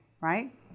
right